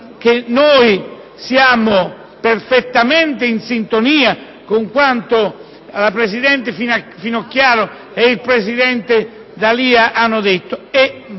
noi siamo perfettamente in sintonia con quanto la presidente Finocchiaro e il presidente D'Alia hanno detto.